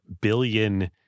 billion